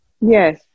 yes